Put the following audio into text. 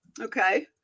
Okay